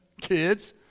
kids